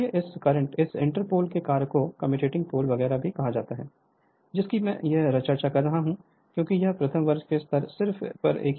इसलिए इस inter pole के कार्य को कम्यूटिंग पोल वगैरह कहा जाता है जिसकी मैं यहां चर्चा नहीं कर रहा हूं क्योंकि यह प्रथम वर्ष का स्तर सिर्फ एक विचार है